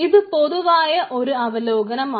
ഇത് പൊതുവായ ഒരു അവലോകനമാണ്